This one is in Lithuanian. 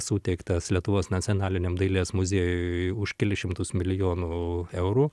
suteiktas lietuvos nacionaliniam dailės muziejui už kelis šimtus milijonų eurų